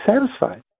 satisfied